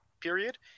period